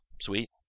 Sweet